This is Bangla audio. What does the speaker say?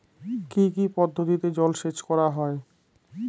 কি কি পদ্ধতিতে জলসেচ করা হয়?